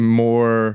more